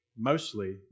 mostly